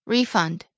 Refund